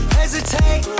hesitate